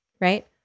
right